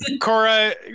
Cora